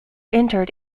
interred